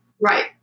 right